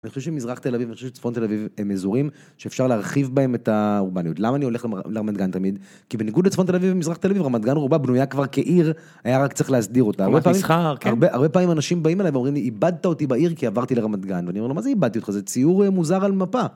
אני חושב שמזרח תל אביב ואני חושב שצפון תל אביב הם אזורים שאפשר להרחיב בהם את האורבניות. למה אני הולך לרמת גן תמיד, כי בניגוד לצפון תל אביב ומזרח תל אביב רמת גן רובה בנויה כבר כעיר, היה רק צריך להסדיר אותה. הרבה פעמים אנשים באים אליי ואומרים לי איבדת אותי בעיר כי עברתי לרמת גן. ואני אומר לו מה זה איבדתי אותך זה ציור מוזר על מפה.